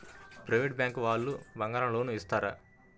Private bank వాళ్ళు బంగారం loan ఇస్తారా?